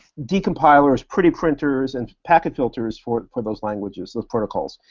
decompilers, pretty-printers, and packet filters for for those languages, those protocols.